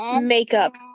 makeup